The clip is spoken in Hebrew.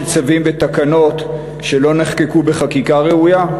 צווים ותקנות שלא נחקקו בחקיקה ראויה?